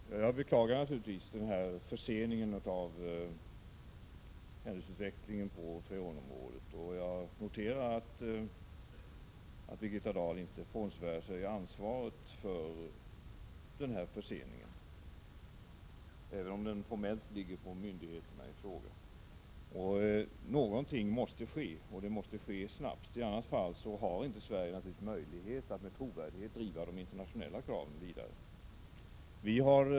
Herr talman! Jag beklagar naturligtvis förseningen av händelseutvecklingen på freonområdet. Jag noterar också att Birgitta Dahl inte frånsvär sig ansvaret för denna försening, även om det formellt ligger på berörda myndigheter. Något måste ske, och det måste ske snabbt. I annat fall har Sverige inte längre möjlighet att med trovärdighet driva de internationella kraven vidare.